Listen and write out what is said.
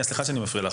סליחה שאני מפריע לך,